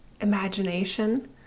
imagination